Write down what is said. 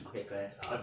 market crash ah